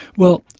well,